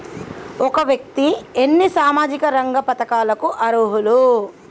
ఒక వ్యక్తి ఎన్ని సామాజిక రంగ పథకాలకు అర్హులు?